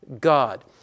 God